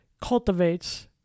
cultivates